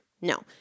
No